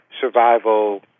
survival